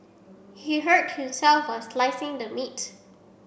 he hurt himself while slicing the meat